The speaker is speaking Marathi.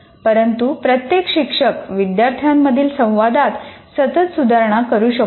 परंतु प्रत्येक शिक्षक विद्यार्थ्यांमधील संवादात सतत सुधारणा करू शकतो